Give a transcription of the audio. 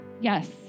Yes